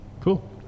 Cool